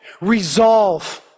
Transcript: Resolve